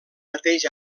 mateix